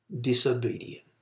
Disobedient